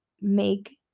make